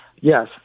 Yes